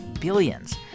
billions